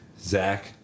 Zach